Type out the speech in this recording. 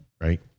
right